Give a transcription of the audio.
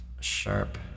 sharp